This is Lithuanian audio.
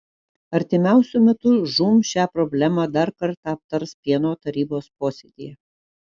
artimiausiu metu žūm šią problemą dar kartą aptars pieno tarybos posėdyje